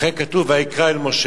לכן כתוב "ויקרא אל משה".